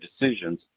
decisions